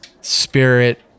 spirit